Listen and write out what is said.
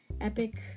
epic